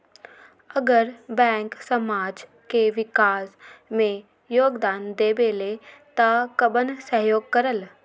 अगर बैंक समाज के विकास मे योगदान देबले त कबन सहयोग करल?